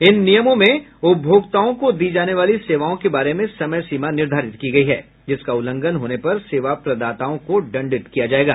इन नियमों में उपभोक्ताओं को दी जाने वाली सेवाओं के बारे में समयसीमा निर्धारित की गई है जिसका उल्लंघन होने पर सेवा प्रदाताओं को दंडित किया जायेगा